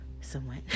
somewhat